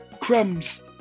crumbs